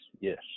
yes